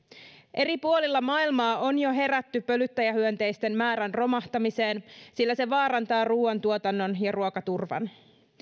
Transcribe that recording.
eri puolilla maailmaa on jo herätty pölyttäjähyönteisten määrän romahtamiseen sillä se vaarantaa ruuantuotannon ja ruokaturvan